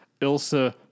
Ilsa